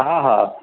हा हा